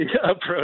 approach